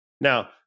Now